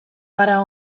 gara